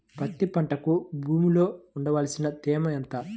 పత్తి పంటకు భూమిలో ఉండవలసిన తేమ ఎంత?